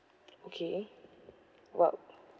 okay !wow!